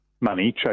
money